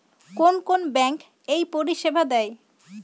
কোন কোন ব্যাঙ্ক এই পরিষেবা দেয়?